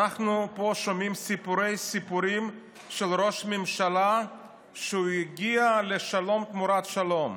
אנחנו פה שומעים סיפורי-סיפורים של ראש ממשלה שהגיע לשלום תמורת שלום.